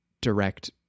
direct